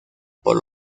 por